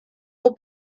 dat